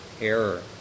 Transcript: error